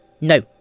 No